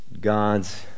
God's